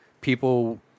people